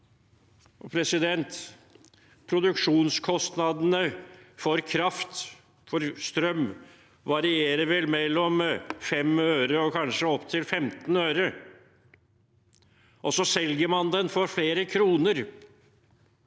interesser.» Produksjonskostnadene for kraft, for strøm, varierer vel mellom 5 øre og kanskje opptil 15 øre, og så selger man den for flere kroner